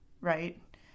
right